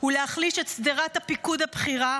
ולהחליש את שדרת הפיקוד הבכירה,